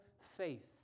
faith